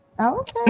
Okay